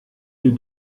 est